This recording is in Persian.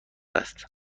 است